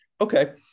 Okay